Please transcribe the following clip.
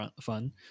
fun